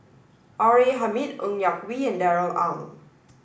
R A Hamid Ng Yak Whee and Darrell Ang